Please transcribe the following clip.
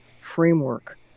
framework